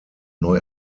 neu